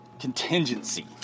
contingency